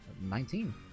Nineteen